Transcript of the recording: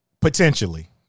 Potentially